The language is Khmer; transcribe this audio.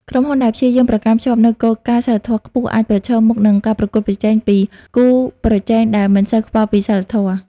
ក្រុមហ៊ុនដែលព្យាយាមប្រកាន់ខ្ជាប់នូវគោលការណ៍សីលធម៌ខ្ពស់ អាចប្រឈមមុខនឹងការប្រកួតប្រជែងពី គូប្រជែងដែលមិនសូវខ្វល់ពីសីលធម៌។